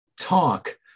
talk